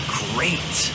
great